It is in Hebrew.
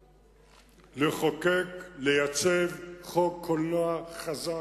לחוקק, לייצב חוק קולנוע חזק,